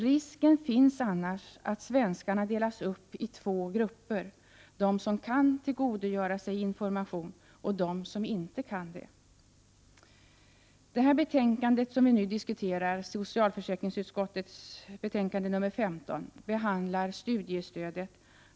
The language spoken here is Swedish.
Risken finns annars att svenskarna delas uppi två grupper, de som kan tillgodogöra sig information och de som inte kan det. Det betänkande vi nu diskuterar, SfU15, behandlar studiestödet.